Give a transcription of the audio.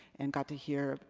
and got to hear